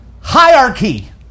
hierarchy